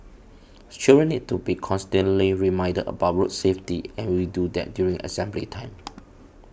children need to be constantly reminded about road safety and we do that during assembly time